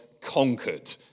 conquered